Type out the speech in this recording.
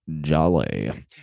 jolly